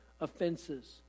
offenses